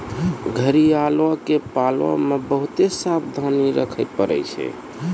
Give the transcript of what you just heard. घड़ियालो के पालै मे बहुते सावधानी रक्खे पड़ै छै